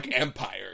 Empire